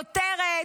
כותרת,